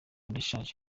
ndashaje